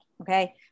Okay